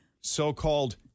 so-called